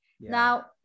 now